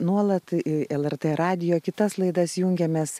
nuolat į lrt radijo kitas laidas jungiamės